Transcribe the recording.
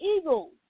eagles